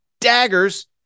daggers